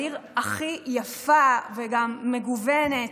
העיר הכי יפה וגם מגוונת,